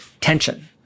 tension